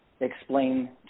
explain